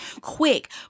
quick